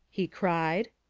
he cried.